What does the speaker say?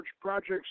Projects